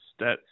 stats